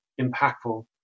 impactful